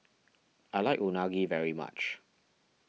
I like Unagi very much